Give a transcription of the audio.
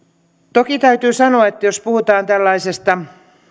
toki täytyy sanoa että jos puhutaan tällaisesta